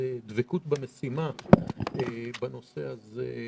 דבקות במשימה בנושא הזה,